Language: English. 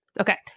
Okay